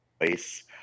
voice